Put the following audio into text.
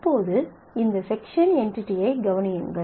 இப்போது இந்த செக்ஷன் என்டிடியைக் கவனியுங்கள்